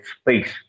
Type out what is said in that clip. space